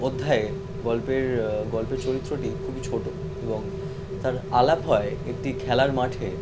অধ্যায়ে গল্পের গল্পের চরিত্রটি খুবই ছোটো এবং তার আলাপ হয় একটি খেলার মাঠে